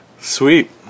Sweet